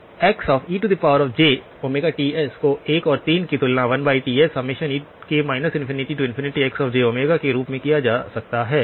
तो XejTs को 1 और 3 की तुलना 1Tsk ∞Xj के रूप में किया जा सकता है